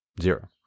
Zero